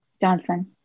Johnson